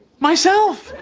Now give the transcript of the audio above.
myself!